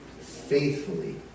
faithfully